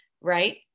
right